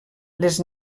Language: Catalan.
les